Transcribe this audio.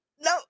no